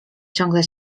ciągle